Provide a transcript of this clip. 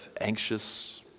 anxious